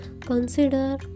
Consider